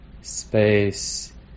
space